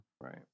Right